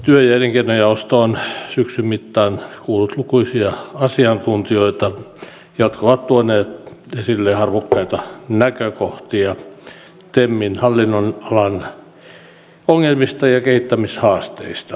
työ ja elinkeinojaosto on syksyn mittaan kuullut lukuisia asiantuntijoita jotka ovat tuoneet esille arvokkaita näkökohtia temin hallinnonalan ongelmista ja kehittämishaasteista